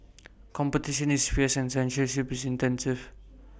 competition is fierce and censorship intense